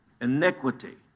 iniquity